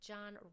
John